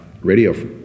radio